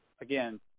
again